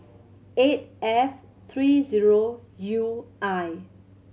eight F three zero U I